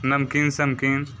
नमकीन समकिन